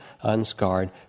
unscarred